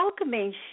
welcoming